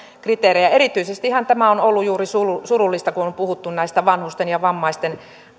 kriteerejä erityisestihän tämä on ollut surullista juuri kun on puhuttu näistä vanhusten ja vammaisten